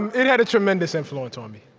it had a tremendous influence on me.